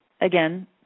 again